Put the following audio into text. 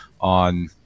on